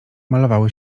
malowały